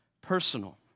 personal